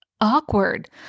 awkward